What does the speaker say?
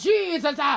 Jesus